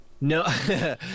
No